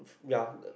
yeah